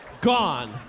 Gone